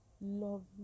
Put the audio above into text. love